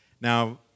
Now